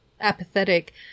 apathetic